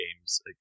games